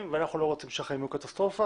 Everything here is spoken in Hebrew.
ואנחנו לא רוצים שהחיים יהיו קטסטרופה.